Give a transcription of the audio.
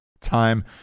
time